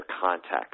context